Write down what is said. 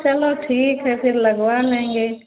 चलो ठीक है फिर लगवा लेंगे